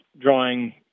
drawing